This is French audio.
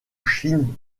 chine